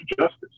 justice